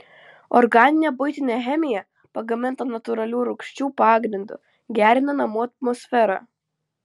organinė buitinė chemija pagaminta natūralių rūgščių pagrindu gerina namų atmosferą